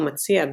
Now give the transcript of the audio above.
ומציע,